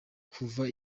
kuva